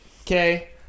Okay